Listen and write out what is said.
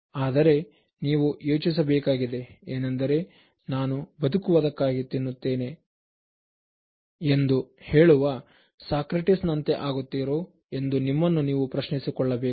ಆದರೆ ನೀವು ಯೋಚಿಸಬೇಕಾಗಿದೆ ಏನೆಂದರೆ ನಾನು ಬದುಕುವುದಕ್ಕಾಗಿ ತಿನ್ನುತ್ತೇನೆ ಎಂದು ಹೇಳುವ ಸಾಕ್ರೆಟಿಸ್ ನಂತೆ ಆಗುತ್ತಿರೋ ಎಂದು ನಿಮ್ಮನ್ನು ನೀವು ಪ್ರಶ್ನಿಸಿಕೊಳ್ಳಬೇಕು